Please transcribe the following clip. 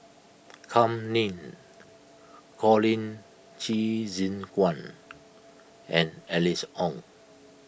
Kam Ning Colin Qi Zhe Quan and Alice Ong